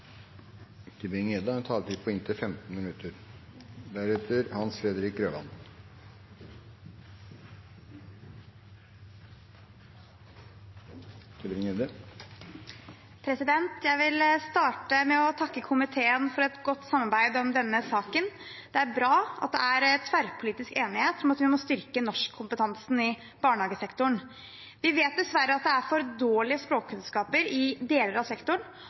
Flere har ikke bedt om ordet til sak nr. 5. Jeg vil starte med å takke komiteen for et godt samarbeid om denne saken. Det er bra at det er tverrpolitisk enighet om at vi må styrke norskkompetansen i barnehagesektoren. Vi vet dessverre at det er for dårlige språkkunnskaper i deler av sektoren,